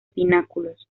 pináculos